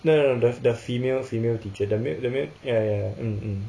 no no no the female female teacher the male the male ya ya ya